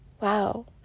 wow